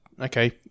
okay